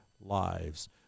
lives